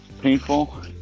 painful